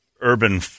urban